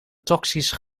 toxisch